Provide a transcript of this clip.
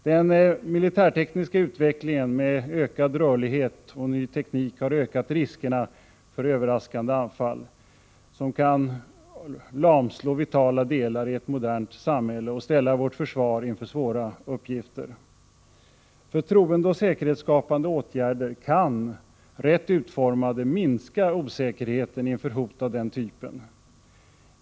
Den militärtekniska utvecklingen med ökad rörlighet och ny teknik har ökat riskerna för överraskande anfall, som kan lamslå vitala delar i ett modernt samhälle och ställa vårt försvar inför svåra uppgifter. Förtroendeoch säkerhetsskapande åtgärder kan, rätt utformade, minska osäkerheten inför hot av den typen.